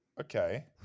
Okay